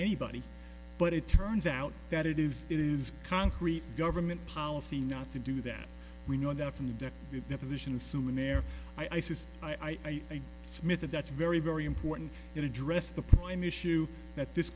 anybody but it turns out that it is it is concrete government policy not to do that we know that from the position as soon as i says i submit that that's very very important and address the point issue that this